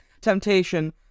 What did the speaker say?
temptation